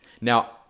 Now